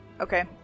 Okay